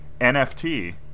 NFT